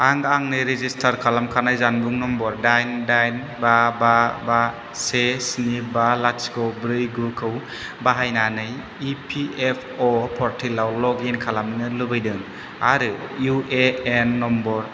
आं आंनि रेजिस्टार खालाम खानाय जानबुं नम्बर दाइन दाइन बा बा बा से स्नि बा लाथिख ब्रै गु खौ बाहायनानै इफिएफअ परटेलाव लगइन खालामनो लुबैदों आरो इउएएन नम्बार